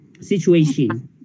situation